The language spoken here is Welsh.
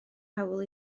hawl